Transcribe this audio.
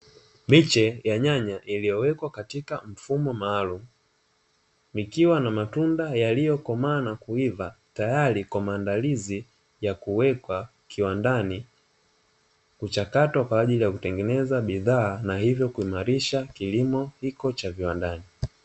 Miche ya nyanya iliyowekwa katika mfumo maalumu, ikiwa na matunda yaliyokomaa na kuiva tayari kwa maandalizi ya kuwekwa kiwandani, kuchakatwa kwa ajili ya kutengeneza bidhaa na hivyo kuimarisha kilimo hiko cha viwandani.